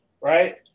right